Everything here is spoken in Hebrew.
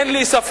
אין לי ספק